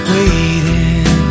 Waiting